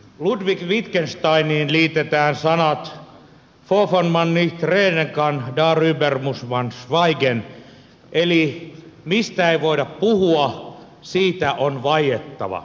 ludwig wittgensteiniin liitetään sanat wovon man nicht reden kann daruber muss man schweigen eli mistä ei voida puhua siitä on vaiettava